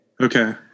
Okay